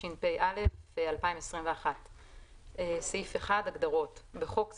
התשפ"א 2021 הגדרות 1 בחוק זה,